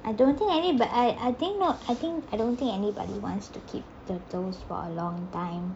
I don't think any but I I think not I think I don't think anybody wants to keep turtles for a long time